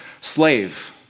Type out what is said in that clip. slave